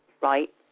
Right